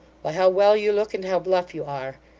why, how well you look and how bluff you are!